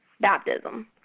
baptism